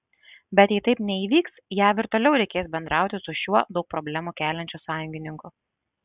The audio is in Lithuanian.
bet jei taip neįvyks jav ir toliau reikės bendrauti su šiuo daug problemų keliančiu sąjungininku